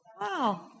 Wow